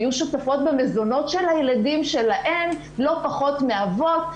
יהיו שותפות במזונות של הילדים שלהן לא פחות מהאבות.